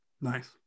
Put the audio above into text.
Nice